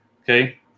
Okay